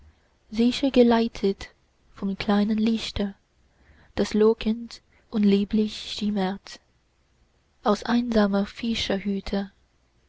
geleitet vom kleinen lichte das lockend und lieblich schimmert aus einsamer fischerhütte vater